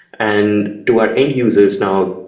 and to our end users now,